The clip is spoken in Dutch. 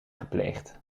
gepleegd